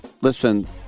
listen